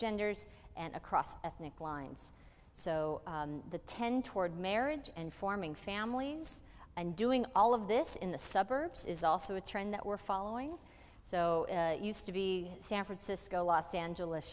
genders and across ethnic lines so the tend toward marriage and forming families and doing all of this in the suburbs is also a trend that we're following so used to be san francisco los angeles